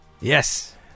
Yes